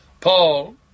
Paul